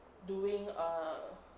doing a